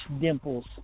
dimples